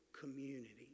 community